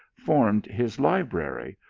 formed his library,